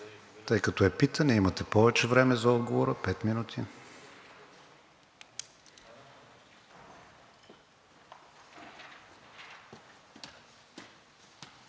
Тъй като е питане, имате повече време за отговора – пет минути.